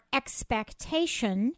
expectation